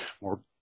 more